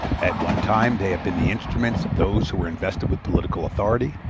at one time they have been the instruments of those who were invested with political authority,